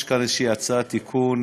יש כאן איזושהי הצעת תיקון,